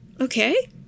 okay